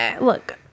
look